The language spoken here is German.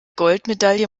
goldmedaille